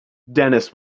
dennis